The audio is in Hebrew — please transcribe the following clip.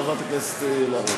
חברת הכנסת אלהרר.